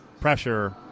pressure